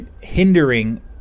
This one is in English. hindering